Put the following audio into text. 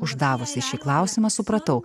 uždavusi šį klausimą supratau